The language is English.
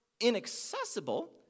inaccessible